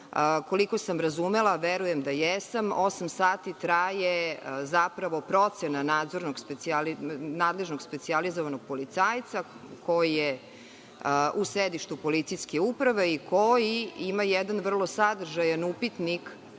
koliko sam razumela verujem da jesam, osam sati traje zapravo procena nadležnog specijalizovanog policajca koji je u sedištu policijske uprave i koji ima jedan vrlo sadržajan upitnik,